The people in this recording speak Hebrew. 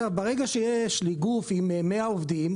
ברגע שיש לי גוף עם 100 עובדים,